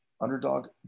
underdog